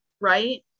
Right